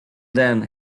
then